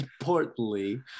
importantly